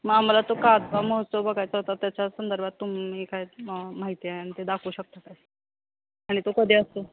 मग आम्हाला तो का महोत्सव बघायचा होता त्याच्या संदर्भात तुम्ही काय माहिती आहे आणि ते दाखवू शकता काय आणि तो कधी असतो